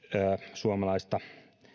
suomalaista